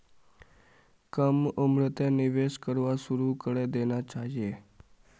कम उम्रतें निवेश करवा शुरू करे देना चहिए